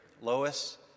Lois